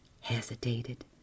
hesitated